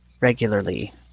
regularly